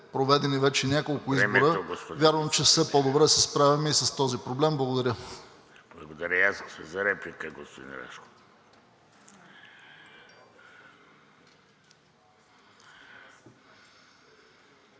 проведени вече няколко избора, вярвам, че все по-добре се справяме и с този проблем. Благодаря.